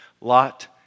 Lot